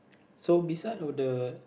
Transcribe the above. so beside of the